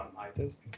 isis.